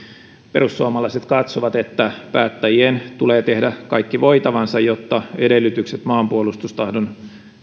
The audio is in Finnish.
perussuomalaiset katsovat että päättäjien tulee tehdä kaikki voitavansa jotta edellytykset maanpuolustustahdon